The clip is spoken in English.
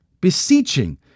beseeching